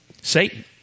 Satan